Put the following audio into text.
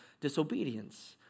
disobedience